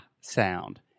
sound